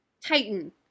Titan